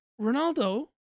Ronaldo